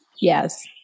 Yes